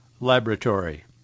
laboratory